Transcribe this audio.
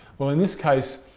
well in this case,